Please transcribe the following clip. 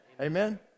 Amen